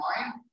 mind